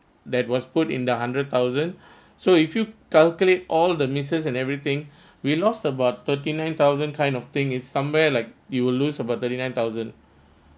that was put in the hundred thousand so if you calculate all the misses and everything we lost about thirty nine thousand kind of thing it's somewhere like you will lose about thirty nine thousand